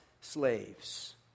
slaves